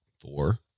four